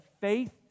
faith